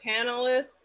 panelists